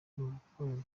gukorera